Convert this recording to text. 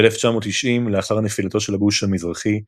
ב-1990, לאחר נפילתו של הגוש המזרחי,